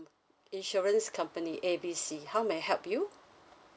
insurance company A B C how may I help you